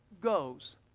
goes